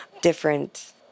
different